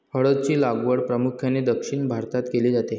हळद ची लागवड प्रामुख्याने दक्षिण भारतात केली जाते